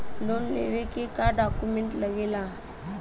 Loan लेवे के का डॉक्यूमेंट लागेला?